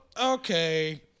okay